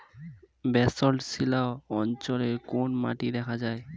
Basalt শিলা অঞ্চলে কোন মাটি দেখা যায়?